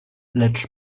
lecz